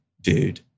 dude